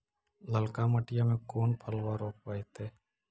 ललका मटीया मे कोन फलबा रोपयतय?